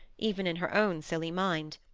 even in her own silly mind.